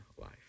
life